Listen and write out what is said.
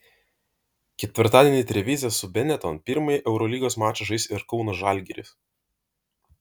ketvirtadienį trevize su benetton pirmąjį eurolygos mačą žais ir kauno žalgiris